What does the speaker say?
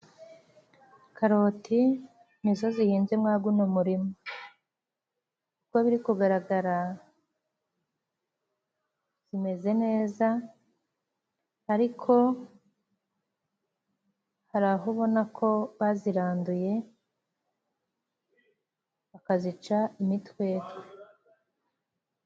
Karoti nizo zihinze mwa guno murima. Uko biri kugaragara, zimeze neza, ariko hari aho ubona ko baziranduye, bakazica imitwetwe.